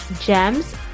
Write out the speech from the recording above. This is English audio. GEMS